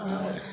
और